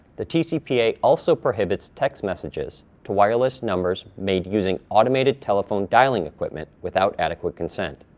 the tcpa also prohibits text messages to wireless numbers made using automated telephone dialing equipment without adequate consent.